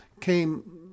came